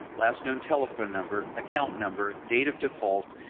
last known telephone number, account number, date of default,